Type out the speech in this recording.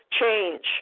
change